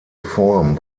form